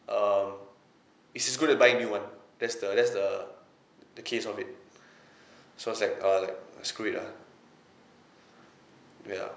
err is as good as buy a new one that's the that's the the case of it so I was like uh like screw it lah ya